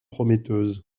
prometteuse